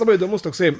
labai įdomus toksai